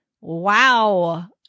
Wow